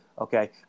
Okay